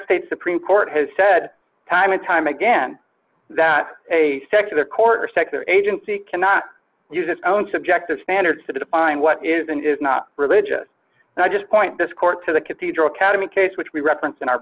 states supreme court has said time and time again that a secular court or secular agency cannot use its own subjective standards to define what is and is not religious and i just point this court to the cathedral cademy case which we reference in our